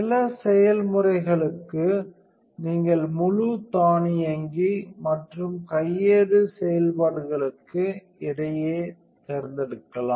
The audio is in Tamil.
சில செயல்முறைகளுக்கு நீங்கள் முழு தானியங்கி மற்றும் கையேடு செயல்பாடுகளுக்கு இடையே தேர்ந்தெடுக்கலாம்